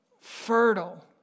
fertile